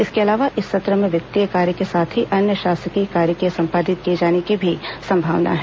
इसके अलावा इस सत्र में वित्तीय कार्य के साथ ही अन्य शासकीय कार्य र्क संपादित किए जाने की भी संभावना है